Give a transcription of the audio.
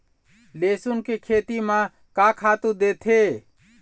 लेसुन के खेती म का खातू देथे?